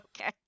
Okay